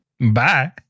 Bye